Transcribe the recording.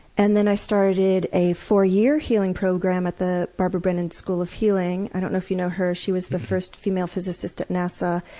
and then i started a four-year healing program at the barbara brennan school of healing. i don't know if you know her she was the first female physicist at nasa,